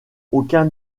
aucun